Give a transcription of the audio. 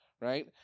right